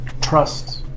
trust